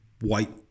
white